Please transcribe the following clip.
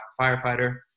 firefighter